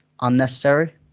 unnecessary